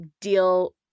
deal